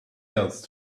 else